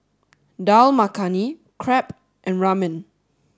Dal Makhani Crepe and Ramen